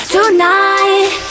Tonight